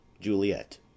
Juliet